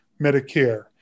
Medicare